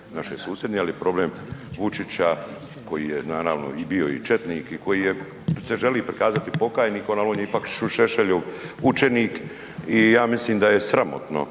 naše susjedne, ali je problem Vučića koji je naravno i bio i četnik i koji je, se želi pokazati pokajnikom ali on je ipak Šešeljov učenik. I ja mislim da je sramotno